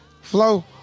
Flow